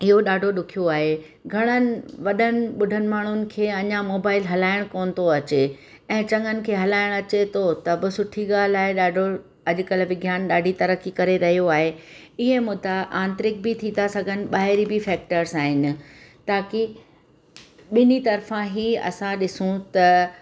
इयो ॾाढो ॾुखियो आहे घणनि वॾनि ॿुढनि माण्हुनि खे अञा मोबाइल हलाइण कोन थो अचे ऐं चङनि खे हलाइण अचे थो त बि सुठी ॻाल्हि आहे ॾाढो अॼुकल्ह विज्ञान ॾाढी तरक़ी करे रहियो आहे इहे मुदा आंत्रिक बि थी था सघनि ॿाहिरी बि फैक्ट्स आहिनि ताक़ी ॿिनी तर्फ़ा ई असां ॾिसू त